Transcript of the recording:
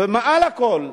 ומעל לכול,